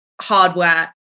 hardware